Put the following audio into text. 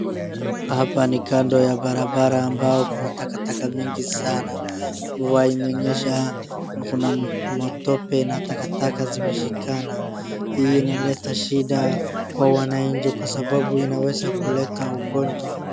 Hapa ni kando ya barabara ambao kuna takataka mingi sana. Mvua imenyesha na kuna matope na takataka zimeshikana. Hii inaleta shida kwa wananchi kwa sababu inaweza kuleta ugonjwa.